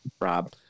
Rob